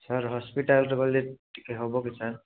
sir ହସ୍ପିଟାଲ୍ରେ ଗଲେ ଟିକେ ହବ କି ସାର୍